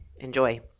enjoy